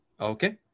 Okay